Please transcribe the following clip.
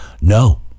No